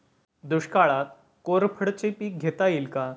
दुष्काळात कोरफडचे पीक घेता येईल का?